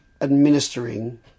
administering